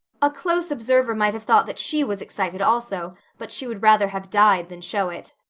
a close observer might have thought that she was excited also, but she would rather have died than show it.